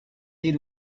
dir